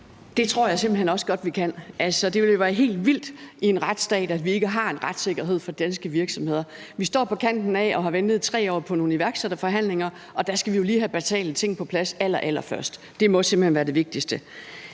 simpelt hen også godt vi kan. Det ville jo være helt vildt i en retsstat, at vi ikke havde en retssikkerhed for danske virksomheder. Vi står på kanten af at have ventet i 3 år på nogle iværksætterforhandlinger, og der skal vi jo lige have basale ting på plads allerallerførst. Det må simpelt hen være det vigtigste.